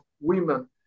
women